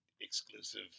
exclusive